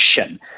action